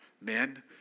men